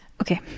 Okay